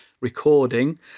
recording